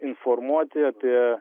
informuoti apie